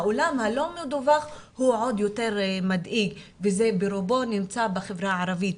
העולם הלא מדווח הוא עוד יותר מדאיג וזה ברובו נמצא בחברה הערבית,